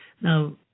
Now